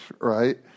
right